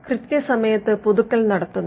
കൃത്യസമയത്ത് പുതുക്കൽ നടത്തുന്നു